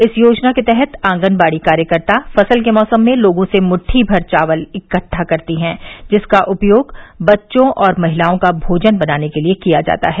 इस योजना के तहत आंगनवाड़ी कार्यकर्ता फसल के मौसम में लोगों से मुद्दीमर चावल इकहा करती है जिसका उपयोग बच्चों और महिलाओं का भोजन बनाने के लिए किया जाता है